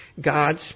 God's